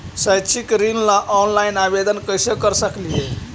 शैक्षिक ऋण ला ऑनलाइन आवेदन कैसे कर सकली हे?